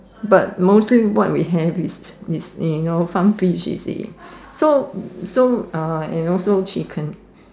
but mostly what we have is is you know farm fish you see so so uh and also chicken